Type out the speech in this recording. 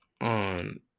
on